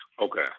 Okay